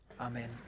Amen